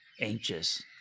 anxious